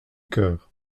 cœur